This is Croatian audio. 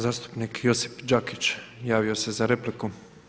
Zastupnik Josip Đakić javio se za repliku.